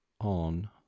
on